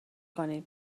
کنین